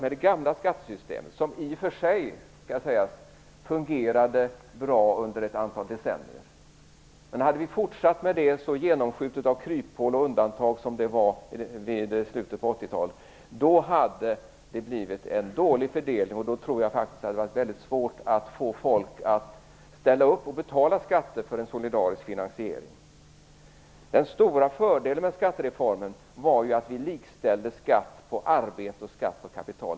Det gamla skattesystemet fungerade i och för sig bra under ett antal decennier. Men om vi hade fortsatt med det skattesystemet, så genomskjutet av kryphål och undantag som det var vid slutet av 80-talet, hade det blivit en dålig fördelning. Då tror jag faktiskt att det hade varit väldigt svårt att få folk att ställa upp och betala skatter för en solidarisk finansiering. Den stora fördelen med skattereformen var att vi likställde skatt på arbete och skatt på kapital.